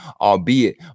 albeit